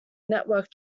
network